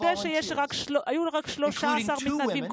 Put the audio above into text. רק 13 מתנדבים,